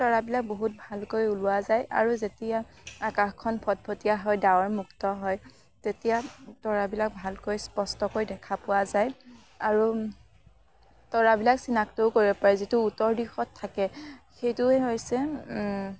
তৰাবিলাক বহুত ভালকৈ ওলোৱা যায় আৰু যেতিয়া আকাশখন ফটফটীয়া হয় ডাৱৰমুক্ত হয় তেতিয়া তৰাবিলাক ভালকৈ স্পষ্টকৈ দেখা পোৱা যায় আৰু তৰাবিলাক চিনাকটোও কৰিব পাৰে যিটো উত্তৰ দিশত থাকে সেইটোৱেই হৈছে